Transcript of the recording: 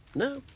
no.